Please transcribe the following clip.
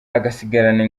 agasigarana